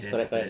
then after that